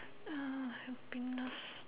ah happiness